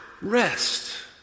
Rest